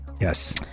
Yes